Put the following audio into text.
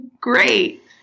Great